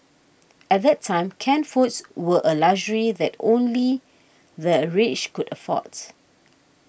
at that time canned foods were a luxury that only the rich could afford